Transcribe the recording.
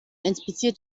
inspiziert